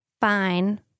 fine